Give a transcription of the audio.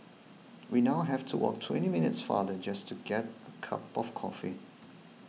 we now have to walk twenty minutes farther just to get a cup of coffee